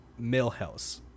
Millhouse